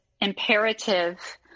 imperative